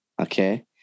okay